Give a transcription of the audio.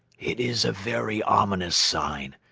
it is a very ominous sign.